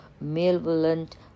malevolent